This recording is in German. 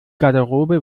garderobe